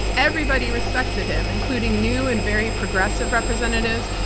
everybody respected him, including new and very progressive representatives,